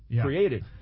created